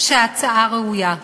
שההצעה ראויה,